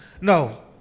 no